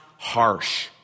Harsh